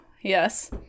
Yes